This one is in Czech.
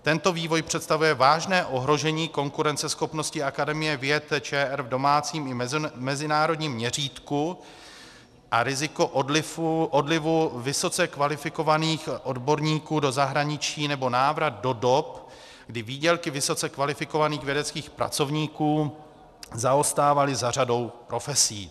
Tento vývoj představuje vážné ohrožení konkurenceschopnosti Akademie věd ČR v domácím i mezinárodním měřítku a riziko odlivu vysoce kvalifikovaných odborníků do zahraničí nebo návrat do dob, kdy výdělky vysoce kvalifikovaných vědeckých pracovníků zaostávaly za řadou profesí.